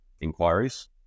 inquiries